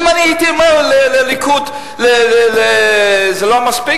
ואם אני הייתי אומר לליכוד שזה לא מספיק,